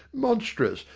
monstrous!